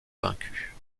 vaincu